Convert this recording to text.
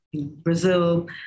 Brazil